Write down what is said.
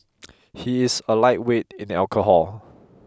he is a lightweight in alcohol